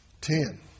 Ten